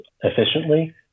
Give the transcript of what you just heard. efficiently